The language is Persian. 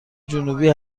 جنوبی